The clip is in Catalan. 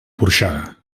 porxada